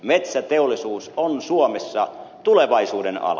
metsäteollisuus on suomessa tulevaisuudenala